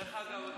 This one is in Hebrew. דרך אגב,